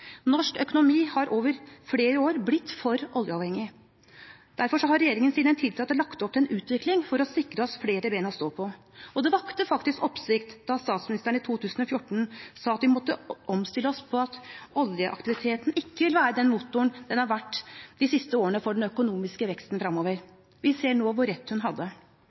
Norsk økonomi har over flere år blitt for oljeavhengig. Derfor har regjeringen siden den tiltrådte lagt opp til en utvikling for å sikre oss flere ben å stå på. Det vakte faktisk oppsikt da statsministeren i 2014 sa at vi måtte omstille oss, og at oljeaktiviteten ikke ville være den motoren den har vært de siste årene for den økonomiske veksten fremover. Vi ser nå hvor rett hun hadde.